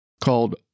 called